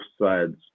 sides